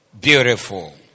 Beautiful